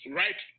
right